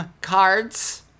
cards